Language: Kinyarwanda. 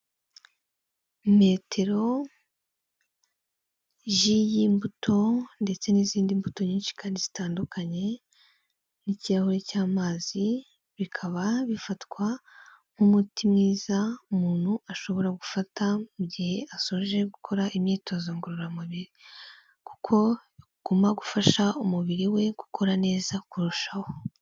Metero, ji y'imbuto ndetse n'izindi mbuto nyinshi kandi zitandukanye, n'ikihure cy'amazi, bikaba bifatwa nk'umuti mwiza umuntu ashobora gufata mu gihe asoje gukora imyitozo ngororamubiri. Kuko biguma gufasha umubiri we gukora neza kurushaho.